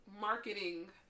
marketing